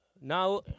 now